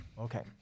Okay